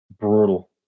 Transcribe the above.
brutal